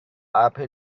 اَپ